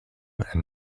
and